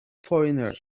foreigner